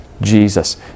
Jesus